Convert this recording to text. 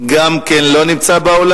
חבר